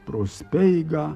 pro speigą